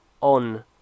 on